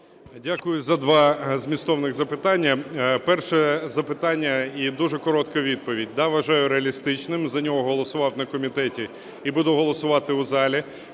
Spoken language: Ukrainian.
Дякую за два змістовних запитання. Перше запитання і дуже коротка відповідь. Да, вважаю реалістичним, за нього голосував на комітеті і буду голосувати у залі.